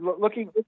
looking